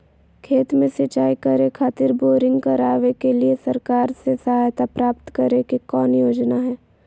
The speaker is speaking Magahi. खेत में सिंचाई करे खातिर बोरिंग करावे के लिए सरकार से सहायता प्राप्त करें के कौन योजना हय?